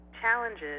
challenges